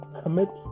commit